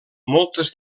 moltes